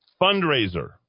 fundraiser